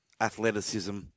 athleticism